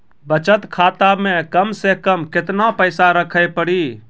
बचत खाता मे कम से कम केतना पैसा रखे पड़ी?